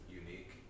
unique